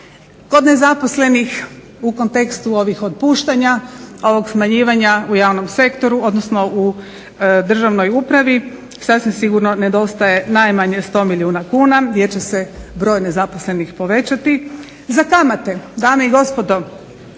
Kod nezaposlenih u kontekstu ovih otpuštanja, ovog smanjivanja u javnom sektoru, odnosno u državnoj upravi sasvim sigurno nedostaje najmanje 100 milijuna kuna jer će se broj nezaposlenih povećati za kamate. Dame i gospodo,